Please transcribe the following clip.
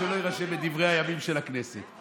שלא יירשם בדברי הימים של הכנסת.